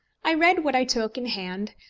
i read what i took in hand,